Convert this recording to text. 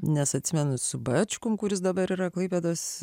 nes atsimenu su bačkum kuris dabar yra klaipėdos